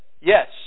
yes